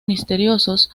misteriosos